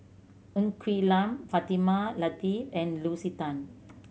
Ng Quee Lam Fatimah Lateef and Lucy Tan